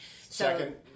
second